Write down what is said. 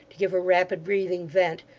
to give her rapid breathing vent,